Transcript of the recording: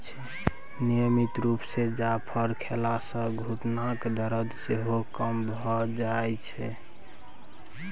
नियमित रुप सँ जाफर खेला सँ घुटनाक दरद सेहो कम भ जाइ छै